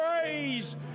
praise